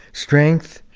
strength,